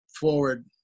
forward